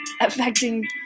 affecting